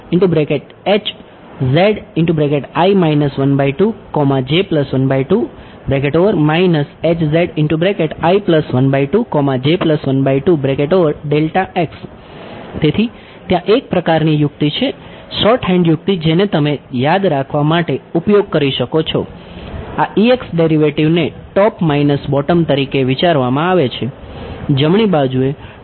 તેથી તેથી ત્યાં એક પ્રકારની યુક્તિ છે શોર્ટહેન્ડ યુક્તિ જેને તમે યાદ રાખવા માટે ઉપયોગ કરી શકો છો આ ડેરિવેટિવને ટોપ માઇનસ બોટમ તરીકે વિચારવામાં આવે છે જમણી બાજુએ ટોપનું મૂલ્ય નીચેનું મૂલ્ય છે